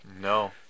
No